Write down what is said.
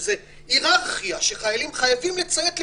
שם יש היררכיה וחיילים חייבים לציית לפקודות.